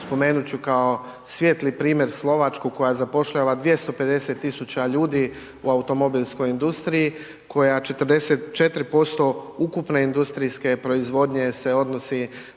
Spomenuti ću kao svijetli primjer Slovačku koja zapošljava 250 tisuća ljudi u automobilskoj industriji koja 44% ukupne industrijske proizvodnje se odnosi